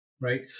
right